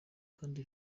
kandi